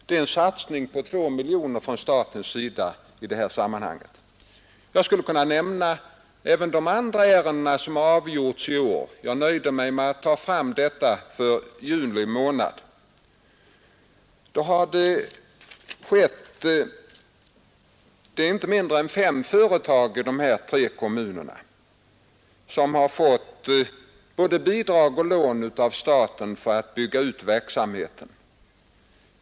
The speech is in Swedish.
Det är en satsning på 2 miljoner kronor frän statens sida. Jag skulle ha kunnat nämna även de andra ärenden som har avgjorts i är, men jag nöjde mig med att ta fram detta för juli månad. Inte mindre än fem företag i dessa tre kommuner har fatt bade bidrag och lån av staten för utt bygga wi verksamheten.